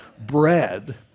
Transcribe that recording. bread